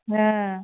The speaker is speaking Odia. ହଁ